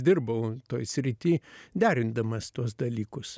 dirbau toj srity derindamas tuos dalykus